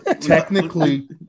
Technically